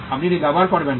আপনি এটি ব্যবহার করবেন না